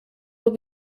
will